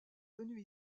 venus